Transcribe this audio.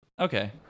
Okay